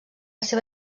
seva